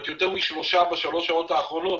יותר משלושה ב-3 השעות האחרונות,